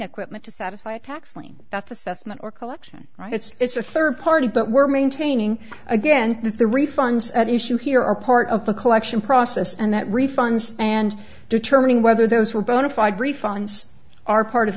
equipment to satisfy a tax lien that's assessment or collection right it's a third party but we're maintaining again that the refunds at issue here are part of the collection process and that refunds and determining whether those were bona fide refunds are part of